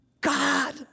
God